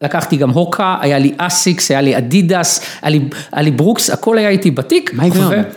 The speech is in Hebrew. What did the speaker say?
לקחתי גם הוקה, היה לי אסיקס, היה לי אדידס, היה לי ברוקס, הכל היה איתי בתיק. -מה השגת?